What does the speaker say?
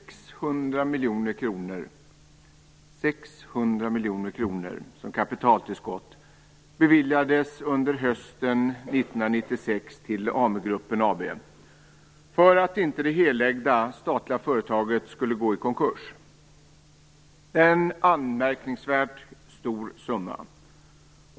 Fru talman! 600 miljoner kronor beviljades under hösten 1996 som kapitaltillskott till AmuGruppen AB för att det helt statligt ägda företaget inte skulle gå i konkurs. Det är en anmärkningsvärt stor summa.